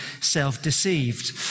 self-deceived